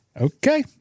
okay